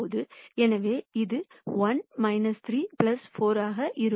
எனவே இது 1 3 4 ஆக இருக்கும்